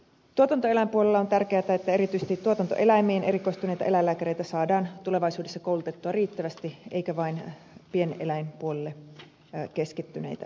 tuotantoeläinpuolella on tärkeätä että erityisesti tuotantoeläimiin erikoistuneita eläinlääkäreitä saadaan tulevaisuudessa koulutettua riittävästi eikä vain pieneläinpuolelle keskittyneitä eläinlääkäreitä